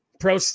pro